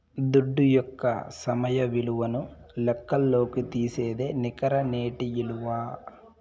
దుడ్డు యొక్క సమయ విలువను లెక్కల్లోకి తీసేదే నికర నేటి ఇలువ